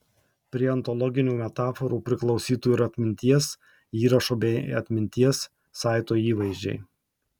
prie ontologinių metaforų priklausytų ir atminties įrašo bei atminties saito įvaizdžiai